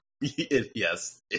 Yes